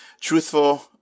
truthful